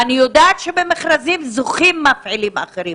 אני יודעת שמכרזים זוכים מפעילים אחרים,